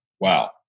Wow